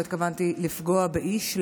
לא התכוונתי לפגוע באיש.